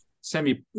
semi